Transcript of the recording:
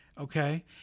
Okay